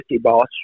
boss